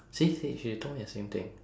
see see she told me the same thing